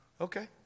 Okay